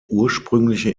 ursprüngliche